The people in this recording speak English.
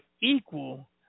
equal